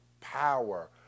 power